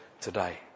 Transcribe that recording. today